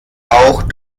auch